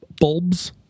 bulbs